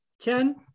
Ken